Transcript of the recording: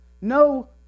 no